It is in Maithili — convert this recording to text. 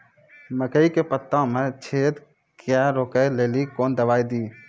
मकई के पता मे जे छेदा क्या रोक ले ली कौन दवाई दी?